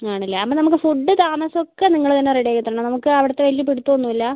ആണല്ലേ അപ്പോൾ നമുക്ക് ഫുഡു താമസവും ഒക്കെ നിങ്ങൾ റെഡിയാക്കി തരണം നമുക്ക് അവിടുത്തെ വലിയ പിടുത്തമൊന്നും ഇല്ല